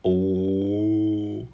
oo